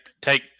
take